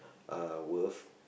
uh worth